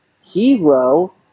hero